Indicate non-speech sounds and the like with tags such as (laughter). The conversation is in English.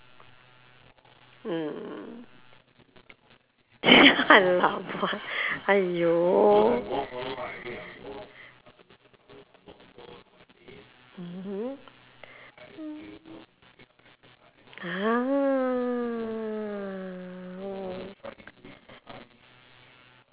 mm (laughs) I laugh ah !haiyo! ah oh